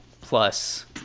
plus